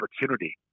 opportunity